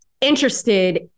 interested